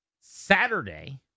Saturday